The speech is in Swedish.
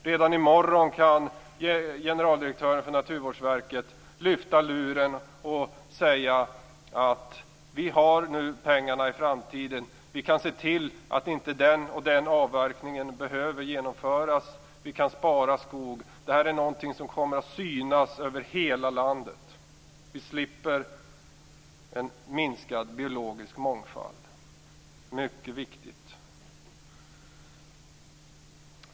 Redan i morgon kan generaldirektören för Naturvårdsverket lyfta luren och säga: Vi får nu pengarna i framtiden och kan se till att inte den eller den avverkningen behöver genomföras, utan vi kan spara skog. Det här är någonting som kommer att synas över hela landet. Vi slipper en minskad biologisk mångfald, vilket är mycket viktigt.